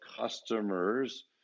customers